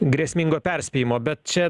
grėsmingo perspėjimo bet čia